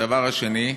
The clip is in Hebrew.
הדבר השני,